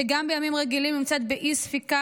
שגם בימים רגילים נמצאת באי-ספיקה,